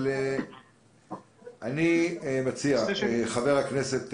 אני מציע, חבר הכנסת